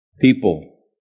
People